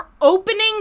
opening